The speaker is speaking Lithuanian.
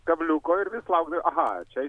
kabliuko ir vis laukdavai aha čia